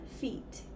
feet